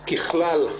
ככלל,